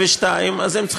ואסור